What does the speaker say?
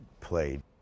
played